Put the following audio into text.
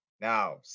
Now